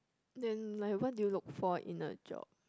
then like what do you look for in a job